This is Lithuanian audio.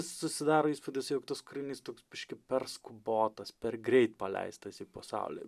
susidaro įspūdis jog tas kūrinys toks biškį per skubotas per greit paleistas į pasaulį